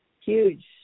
huge